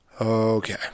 Okay